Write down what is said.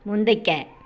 ಮುಂದಕ್ಕೆ